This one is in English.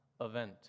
event